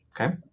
okay